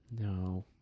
no